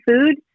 food